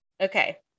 okay